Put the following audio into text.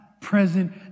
present